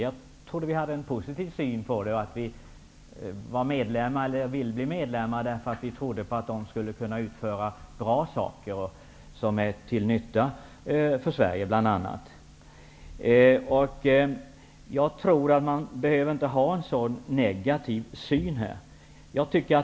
Jag trodde att ni liksom vi har en positiv syn på EG och att vårt land skall bli medlem därför att det kan leda till sådant som är till nytta för bl.a. Sverige. Ni behöver inte ha en så negativ syn.